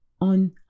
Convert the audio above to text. on